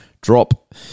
drop